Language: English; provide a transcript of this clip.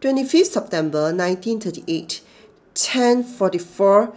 twenty fifth September nineteen thirty eight ten forty four